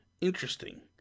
interesting